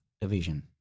Division